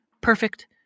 perfect